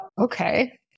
okay